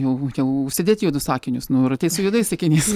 jau jau užsidėt juodus akinius nu ir ateisi su juodais akiniais